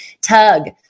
tug